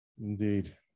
Indeed